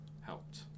helped